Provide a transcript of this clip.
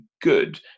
good